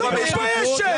50 מיליון, את לא מתביישת?